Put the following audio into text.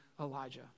Elijah